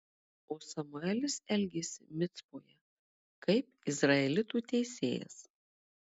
o samuelis elgėsi micpoje kaip izraelitų teisėjas